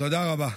תודה רבה.